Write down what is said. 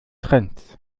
trends